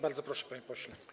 Bardzo proszę, panie pośle.